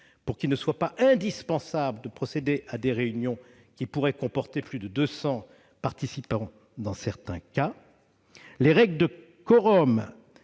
pour qu'il ne soit pas nécessaire de convoquer des réunions qui pourraient comporter plus de 200 participants dans certains cas. Les règles de quorum